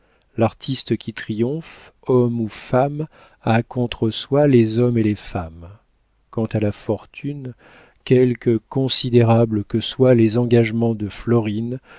l'artiste qui triomphe homme ou femme a contre soi les hommes et les femmes quant à la fortune quelque considérables que soient les engagements de florine